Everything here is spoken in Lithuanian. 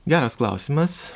geras klausimas